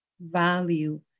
value